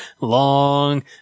Long